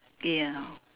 ya